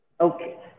Okay